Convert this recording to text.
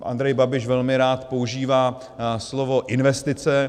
Andrej Babiš velmi rád používá slovo investice.